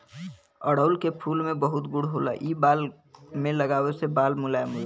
अढ़ऊल के फूल में बहुत गुण होला इ बाल में लगावे से बाल मुलायम होला